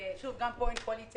שוב, גם פה אין קואליציה-אופוזיציה.